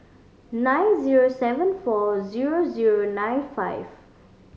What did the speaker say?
nine zero seven four zero zero nine five